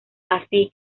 así